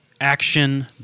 action